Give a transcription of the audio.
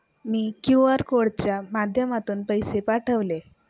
मी QR कोडच्या माध्यमातून पैसे पाठवले